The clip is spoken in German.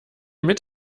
mit